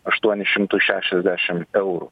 aštuonis šimtus šešiasdešim eurų